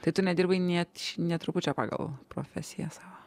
tai tu nedirbai nėt nė trupučio pagal profesiją savo